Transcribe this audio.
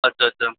अच्छा अच्छा